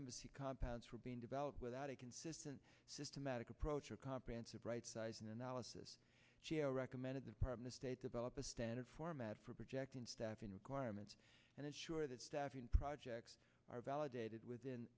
embassy compounds for being developed without a consistent systematic approach or comprehensive rightsizing analysis recommended the partner state develop a standard format for projecting staffing requirements and ensure that staffing projects are validated within